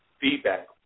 feedback